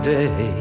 day